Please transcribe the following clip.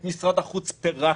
את משרד החוץ פירקנו,